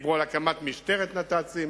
דיברו על הקמת משטרת נת"צים,